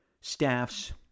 staffs